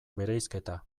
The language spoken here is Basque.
bereizketa